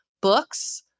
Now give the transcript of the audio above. books